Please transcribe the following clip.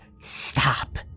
stop